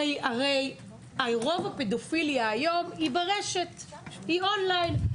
הרי רוב הפדופיליה היום היא ברשת, און-ליין.